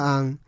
Ang